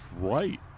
right